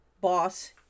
Boss